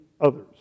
others